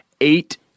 eight